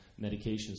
medications